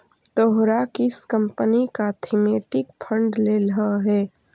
तोहरा किस कंपनी का थीमेटिक फंड लेलह हे